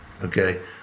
Okay